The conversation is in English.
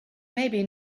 maybe